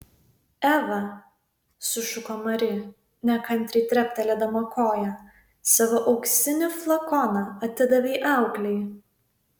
eva sušuko mari nekantriai treptelėdama koja savo auksinį flakoną atidavei auklei